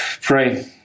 Pray